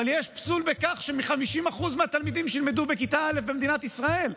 אבל יש פסול בכך שמ-50% מהתלמידים שילמדו בכיתה א' במדינת ישראל,